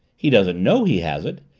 he doesn't know he has it.